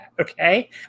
okay